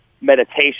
meditation